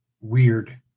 weird